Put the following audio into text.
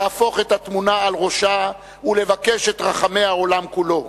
להפוך את התמונה על ראשה ולבקש את רחמי העולם כולו.